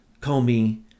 Comey